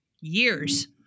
years